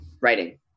writing